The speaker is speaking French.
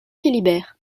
philibert